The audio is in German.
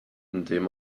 indem